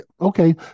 Okay